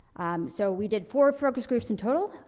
um, so we did four focus groups in total.